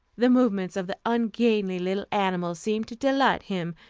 the movements of the ungainly little animal seemed to delight him,